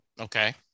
Okay